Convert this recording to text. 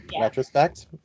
retrospect